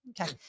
okay